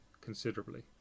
considerably